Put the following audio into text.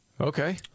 Okay